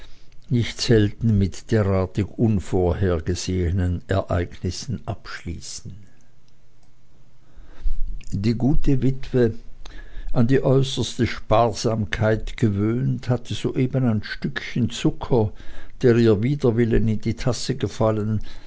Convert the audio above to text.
nicht selten mit derartig unvorgesehenen ereignissen abschließen die gute witwe an die äußerste sparsamkeit gewöhnt hatte soeben ein stückehen zucker das ihr wider willen in die tasse gefallen